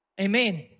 Amen